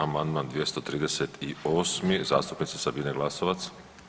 Amandman 238. zastupnice Sabine Glasovac.